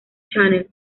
channel